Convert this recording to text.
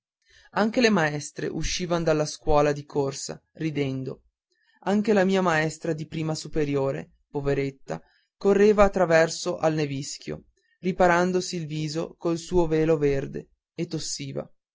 anche le maestre uscivan dalla scuola di corsa ridendo anche la mia maestra di prima superiore poveretta correva a traverso al nevischio riparandosi il viso col suo velo verde e tossiva